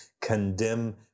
condemn